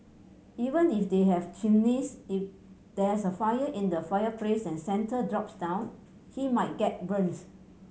even if they have chimneys if there's a fire in the fireplace and Santa drops down he might get burnt